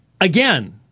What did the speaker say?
Again